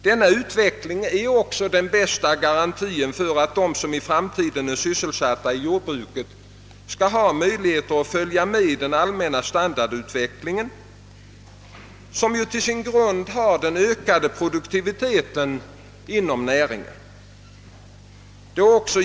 Denna utveckling är också den bästa garantin för att de som i framtiden är sysselsatta i jordbruket får möjligheter att följa med i den allmänna standardutvecklingen som till sin grund har den ökade produktiviteten inom näringen.